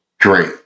great